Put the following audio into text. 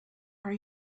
are